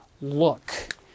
look